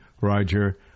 Roger